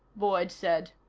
boyd said.